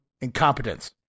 incompetence